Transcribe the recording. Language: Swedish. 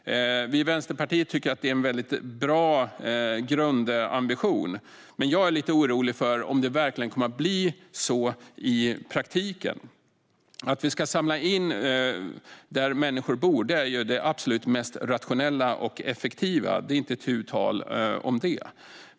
Vi i Vänsterpartiet tycker att det är en bra grundambition. Men jag är lite orolig för om det verkligen kommer att bli så i praktiken. Att vi ska samla in där människor bor är det absolut mest rationella och effektiva; det är inte tu tal om det.